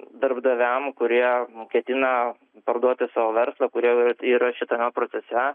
darbdaviam kurie ketina parduoti savo verslą kurie yra šitame procese